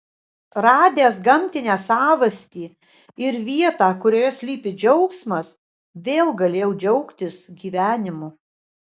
radęs gamtinę savastį ir vietą kurioje slypi džiaugsmas vėl galėjau džiaugtis gyvenimu